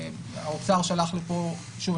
האוצר שלח לפה שוב,